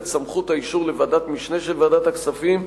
סמכות האישור לוועדת משנה של ועדת הכספים,